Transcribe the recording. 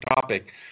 topic